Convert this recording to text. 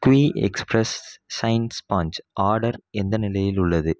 குய் express shine sponge order எந்த நிலையில் உள்ளது